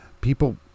People